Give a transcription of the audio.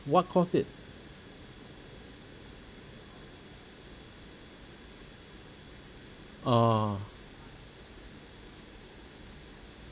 what caused it ah